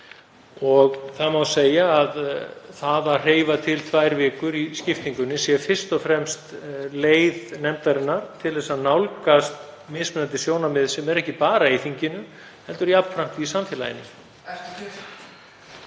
Það má segja að það að hreyfa til tvær vikur í skiptingunni sé fyrst og fremst leið nefndarinnar til að nálgast mismunandi sjónarmið sem eru ekki bara í þinginu heldur jafnframt í samfélaginu.